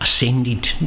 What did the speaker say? ascended